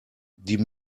die